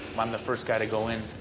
um the first guy to go in,